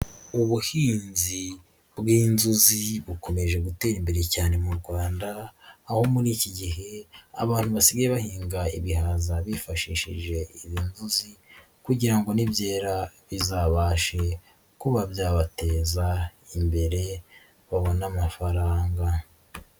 Ubuhinzi bw'inzuzi bukomeje gutera imbere cyane mu rwanda, aho muri iki gihe abantu basigaye bahinga ibihaza bifashishije izo nzuzi kugira ngo nibyera bizabashe kuba byabateza imbere babone amafaranga.